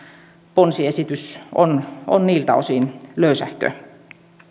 ponsiesitys on on niiltä osin löysähkö